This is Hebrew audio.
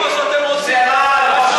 גזירה על ראש